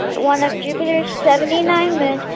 one of jupiter's seventy nine moons,